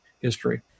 history